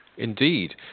Indeed